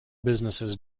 businesses